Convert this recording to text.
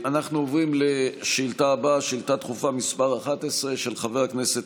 אנחנו עוברים לשאילתה הדחופה הבאה מס' 11 של חבר הכנסת